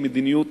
עם מדיניות